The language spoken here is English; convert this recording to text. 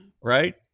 right